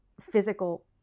physical